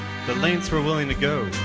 the lengths we're willing to go.